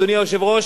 אדוני היושב-ראש,